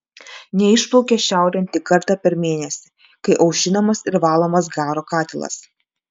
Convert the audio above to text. neišplaukia šiaurėn tik kartą per mėnesį kai aušinamas ir valomas garo katilas